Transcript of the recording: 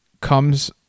comes